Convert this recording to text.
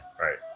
Right